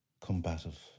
Combative